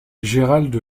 gérald